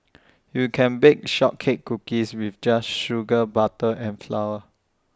you can bake Shortbread Cookies with just sugar butter and flour